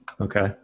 Okay